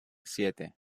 siete